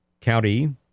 county